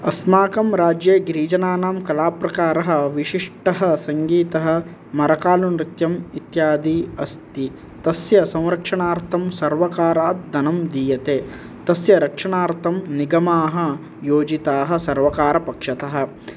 अस्माकं राज्ये गिरिजनानां कलाप्रकारः विशिष्टः सङ्गीतः मरकालुनृत्यम् इत्यादि अस्ति तस्य संरक्षणार्तं सर्वकारात् धनं दीयते तस्य रक्षणार्तं निगमाः योजिताः सर्वकारपक्षतः